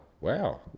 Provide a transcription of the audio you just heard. wow